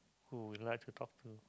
who would like to talk to